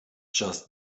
just